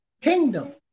Kingdom